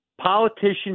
politicians